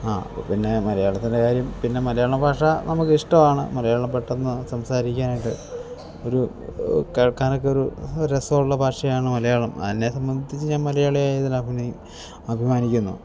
ആ അപ്പം പിന്നെ മലയാളത്തിൻ്റെ കാര്യം പിന്നെ മലയാളം ഭാഷ നമുക്ക് ഇഷ്ടമാണ് മലയാളം പെട്ടെന്ന് സംസാരിക്കാനായിട്ട് ഒരു കേൾക്കാനൊക്കെ ഒരു ഒരു രസമുള്ള ഭാഷയാണ് മലയാളം എന്നേ സംബന്ധിച്ച് ഞാൻ മലയാളിയായതിൽ അഭിന അഭിമാനിക്കുന്നു